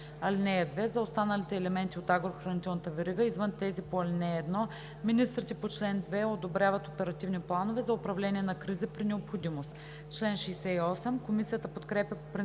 (2) За останалите елементи от агрохранителната верига, извън тези по ал. 1, министрите по чл. 2 одобряват оперативни планове за управление на кризи при необходимост.“ Комисията подкрепя по принцип